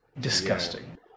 Disgusting